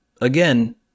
Again